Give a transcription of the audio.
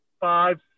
five